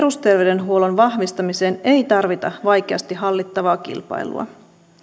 perusterveydenhuollon vahvistamiseen ei tarvita vaikeasti hallittavaa kilpailua